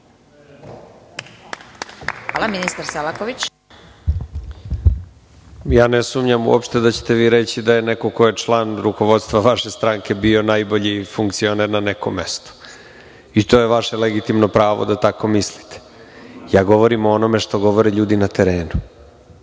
**Nikola Selaković** Ne sumnjam da ćete vi reći da je neko ko je član rukovodstva vaše stranke bio najbolji funkcioner na nekom mestu i to je vaše legitimno pravo da tako mislite. Govorim o onome što govore ljudi na terenu